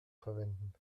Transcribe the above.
verwenden